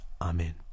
Amen